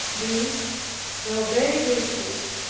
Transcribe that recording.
these though very virtuous,